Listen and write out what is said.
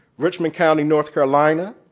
richmond county, north carolina.